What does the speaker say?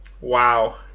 wow